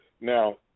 Now